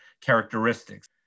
characteristics